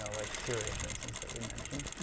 ah like syria for instance, that we mentioned.